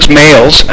males